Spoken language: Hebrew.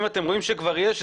אם אתם רואים שכבר יש,